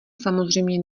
samozřejmě